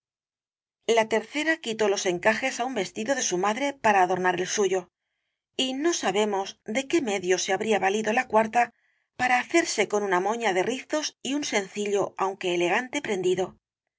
la tercera quitó los encajes á un vestido de su madre para adornar el suyo y no sabemos de qué medios se habría valido la cuarta para hacerse con una moña de rizos y un sencillo aunque elegante prendido